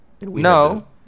no